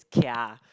Kia